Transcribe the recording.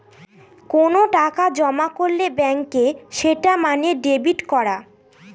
কোনো টাকা জমা করলে ব্যাঙ্কে সেটা মানে ডেবিট করা